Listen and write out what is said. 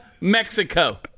Mexico